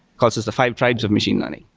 calls this the five tribes of machine learning,